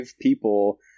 people